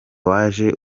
waje